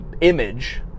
image